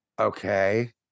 Okay